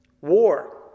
war